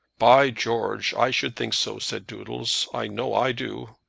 by george, i should think so, said doodles. i know i do.